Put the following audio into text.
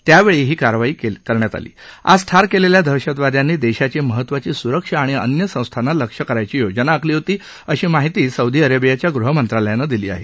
त्यावेळी ही कारवाई करण्यात आली आज ठार केलेल्या दहशतवाद्यांनी देशाची महत्वाची सुरक्षा आणि अन्य संस्थांना लक्ष करण्याची योजना आखली होती अशी माहिती सौदी अरेबियाच्या गृहमंत्रालयानं दिली आहे